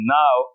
now